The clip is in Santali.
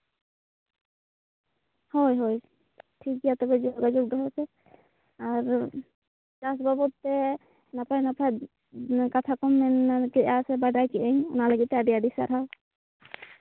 ᱦᱳᱭ ᱦᱳᱭ ᱴᱷᱤᱠ ᱜᱮᱭᱟ ᱛᱟᱵᱮ ᱡᱳᱜᱟᱡᱳᱜ ᱫᱚᱦᱚᱭᱯᱮ ᱟᱨ ᱪᱟᱥ ᱵᱟᱵᱚᱫᱛᱮ ᱱᱟᱯᱟᱭ ᱱᱟᱯᱟᱭ ᱠᱟᱛᱷᱟ ᱠᱚᱢ ᱢᱮᱱ ᱠᱮᱫᱼᱟ ᱥᱮ ᱵᱟᱰᱟᱭ ᱠᱮᱫᱟᱹᱧ ᱚᱱᱟ ᱞᱟᱹᱜᱤᱫ ᱛᱮ ᱟᱹᱰᱤ ᱟᱹᱰᱤ ᱥᱟᱨᱦᱟᱣ